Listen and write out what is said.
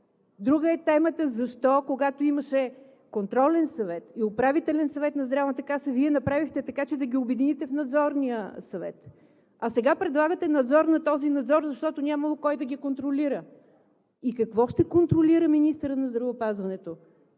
Друга е темата защо, когато имаше контролен съвет и Управителен съвет на Здравната каса, Вие направихте така, че да ги обедините в Надзорния съвет. А сега предлагате надзор на този Надзор, защото нямало кой да ги контролира! И какво ще контролира министърът на здравеопазването,